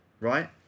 right